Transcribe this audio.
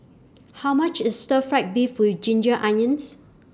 How much IS Stir Fried Beef with Ginger Onions